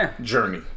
journey